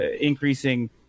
increasing